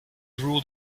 ruled